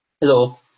Hello